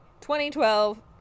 2012